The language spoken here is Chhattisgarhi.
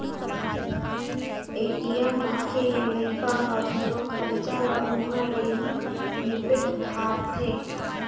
ए.टी.एम राखे ले लइका ह घलो खरचा ल उंहा ले ही निपेट दारथें